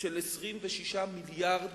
של 26 מיליארד